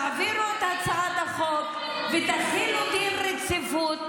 תעבירו את הצעת החוק ותחילו דין רציפות.